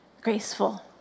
graceful